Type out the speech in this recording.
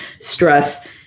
stress